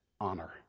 honor